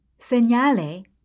Señale